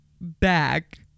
back